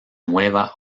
nueva